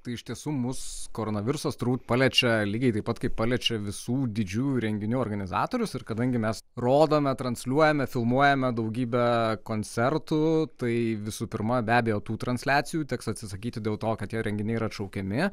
tai iš tiesų mus koronavirusas turbūt paliečia lygiai taip pat kaip paliečia visų didžiųjų renginių organizatorius ir kadangi mes rodome transliuojame filmuojame daugybę koncertų tai visų pirma be abejo tų transliacijų teks atsisakyti dėl to kad tie renginiai yra atšaukiami